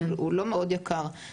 הוא לא מאוד יקר.